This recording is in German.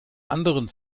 anderen